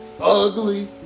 ugly